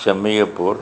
Shammi Kapoor